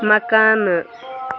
مکانہٕ